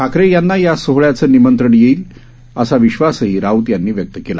ठाकरे यांना या सोहळ्याचं आमंत्रण येईल असा विश्वासही राऊत यांनी व्यक्त केला